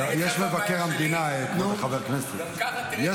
ינון, אני אגיד לך איפה מה הבעיה שלי?